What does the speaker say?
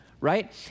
right